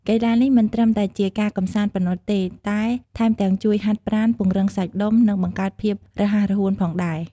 កីឡានេះមិនត្រឹមតែជាការកម្សាន្តប៉ុណ្ណោះទេ តែថែមទាំងជួយហាត់ប្រាណ ពង្រឹងសាច់ដុំ និងបង្កើនភាពរហ័សរហួនផងដែរ។